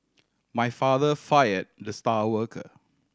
my father fire the star worker